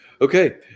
Okay